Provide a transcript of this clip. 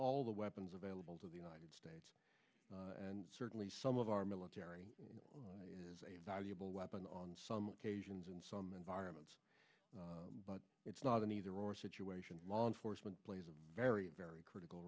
all the weapons available to the united states and certainly some of our military is a valuable weapon on some occasions in some environments but it's not an either or situation law enforcement plays a very very critical